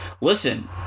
listen